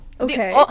okay